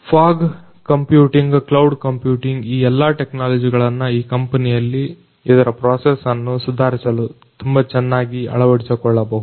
fog computing cloud computing ಈ ಎಲ್ಲ ಟೆಕ್ನಾಲಜಿಗಳನ್ನ ಈ ಕಂಪನಿಯಲ್ಲಿ ಇದರ ಪ್ರೊಸೆಸ್ ಅನ್ನು ಸುಧಾರಿಸಲು ತುಂಬಾ ಚೆನ್ನಾಗಿ ಅಳವಡಿಸಿಕೊಳ್ಳಬಹುದು